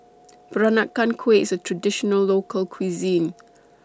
Peranakan Kueh IS A Traditional Local Cuisine